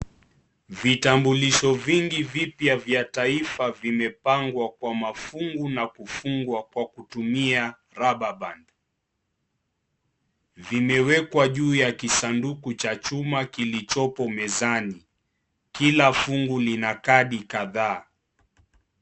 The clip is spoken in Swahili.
Vitambulisho vingi vipya vya taifa vimepangwa kwa mafungu na kufungwa kwa kutumia rubber band vimewekwa juu ya kisanduku cha chuma kilichoko mezani kila fungu lina kadi kadhaa.